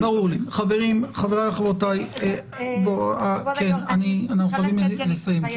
חברים, חבריי וחברותיי, אנחנו חייבים לסיים.